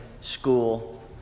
school